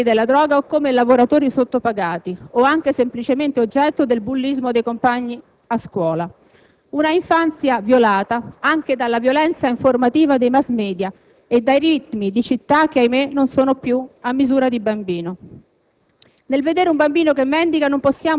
di quelli utilizzati anche in Italia come corrieri della droga o come lavoratori sottopagati, o anche semplicemente oggetto del bullismo dei compagni a scuola. È un'infanzia violata anche dalla violenza informativa dei *mass media* e dai ritmi di città che purtroppo non sono più a misura di bambino.